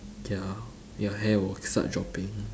ya your hair will start dropping